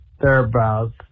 thereabouts